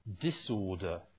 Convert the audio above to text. disorder